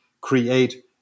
create